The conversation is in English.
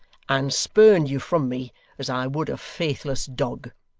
and spurn you from me as i would a faithless dog